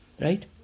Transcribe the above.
Right